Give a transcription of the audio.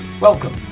Welcome